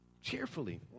Cheerfully